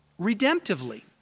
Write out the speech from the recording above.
Redemptively